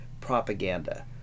propaganda